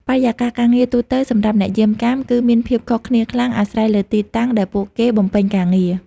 បរិយាកាសការងារទូទៅសម្រាប់អ្នកយាមកាម គឺមានភាពខុសគ្នាខ្លាំងអាស្រ័យលើទីតាំងដែលពួកគេបំពេញការងារ។